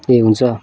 ए हुन्छ